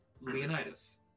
Leonidas